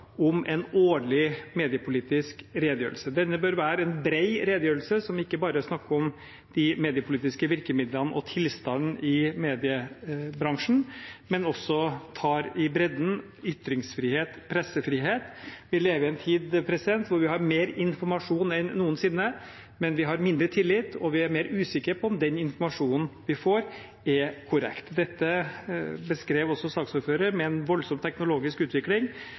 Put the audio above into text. om en årlig mediepolitisk redegjørelse. Denne bør være en bred redegjørelse som ikke bare snakker om de mediepolitiske virkemidlene og tilstanden i mediebransjen, men også behandler pressefrihet og ytringsfrihet i bredden. Vi lever i en tid da vi har mer informasjon enn noensinne, men vi har mindre tillit, og vi er mer usikre på om den informasjonen vi får, er korrekt. Dette beskrev også saksordføreren. Det er en voldsom teknologisk utvikling